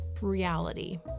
reality